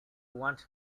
want